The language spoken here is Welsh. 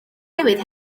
newydd